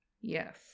Yes